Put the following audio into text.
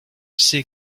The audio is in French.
sais